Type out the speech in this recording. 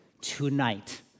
tonight